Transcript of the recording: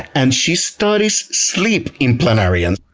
and she studies sleep in planarians.